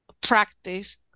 practice